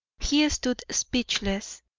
he stood speechless,